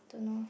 don't know